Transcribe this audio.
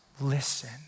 listen